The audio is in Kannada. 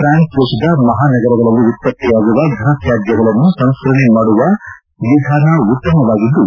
ಪ್ರಾನ್ಸ್ ದೇಶದ ಮಹಾನಗರಗಳಲ್ಲಿ ಉತ್ಪತ್ತಿಯಾಗುವ ಫನತ್ಯಾಜ್ಯಗಳನ್ನು ಸಂಸ್ಕರಣೆ ಮಾಡುವ ವಿಧಾನ ಉತ್ತಮವಾಗಿದ್ದು